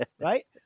Right